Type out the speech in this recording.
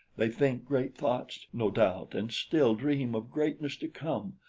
they think great thoughts, no doubt, and still dream of greatness to come,